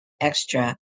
extra